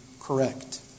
correct